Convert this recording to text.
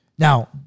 Now